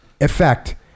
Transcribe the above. effect